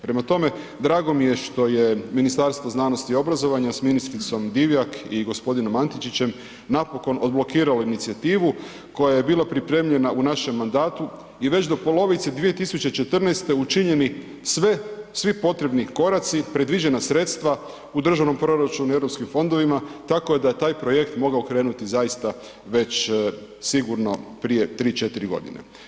Prema tome, drago mi je što je Ministarstvo znanosti i obrazovanja s ministricom Divjak i g. Antičićem napokon odblokirali inicijativu koja je bila pripremljena u našem mandatu i već do polovice 2014. učinjeni sve, svi potrebni koraci, predviđena sredstva u državnom proračunu, europskim fondovima, tako da je taj projekt mogao krenuti zaista već sigurno prije 3, 4 godine.